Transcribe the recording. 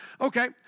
Okay